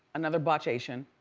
another botchation.